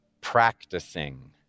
practicing